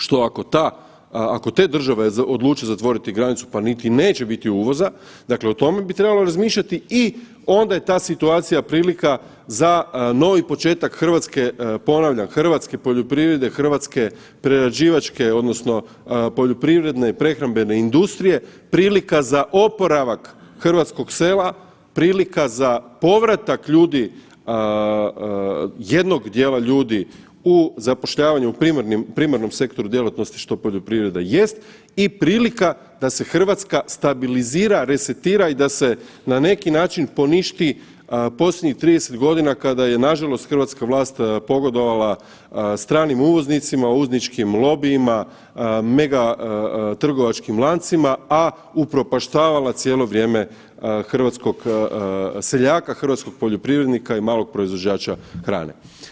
Što ako ta, ako te države odluče zatvoriti granicu pa niti neće biti uvoza, dakle o tome bi trebalo razmišljati i onda je ta situacija prilika za novi početak hrvatske, ponavljam hrvatske poljoprivrede, hrvatske prerađivačke odnosno poljoprivredne prehrambene industrije, prilika za oporavak hrvatskog sela, prilika za povratak ljudi, jednog dijela ljudi u zapošljavanje u primarnom sektoru djelatnosti što poljoprivreda jest i prilika da se Hrvatska stabilizira, resetira i da se na neki način poništi posljednjih 30 godina kada je nažalost hrvatska vlast pogodovala stranim uvoznicima, uvozničkim lobijima, mega trgovačkim lancima, a upropaštavala cijelo vrijeme hrvatskog seljaka, hrvatskog poljoprivrednika i malog proizvođača hrane.